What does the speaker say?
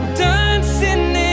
dancing